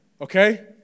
okay